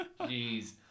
Jeez